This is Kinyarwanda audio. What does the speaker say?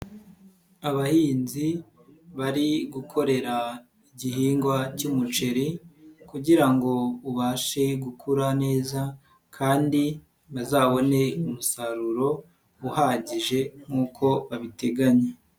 Abahinzi bari gukorera igihingwa cy'umuceri kugira ngo ubashe gukura neza kandi bazabone umusaruro uhagije nk'uko babiteganya.